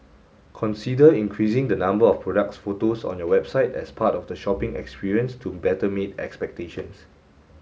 consider increasing the number of product photos on your website as part of the shopping experience to better meet expectations